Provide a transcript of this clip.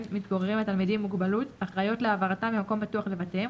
מתגוררים התלמידים עם מוגבלות אחראיות להעברתם ממקום בטוח לבתיהם,